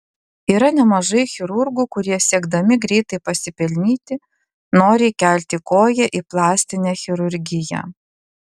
yra nemažai chirurgų kurie siekdami greitai pasipelnyti nori įkelti koją į plastinę chirurgiją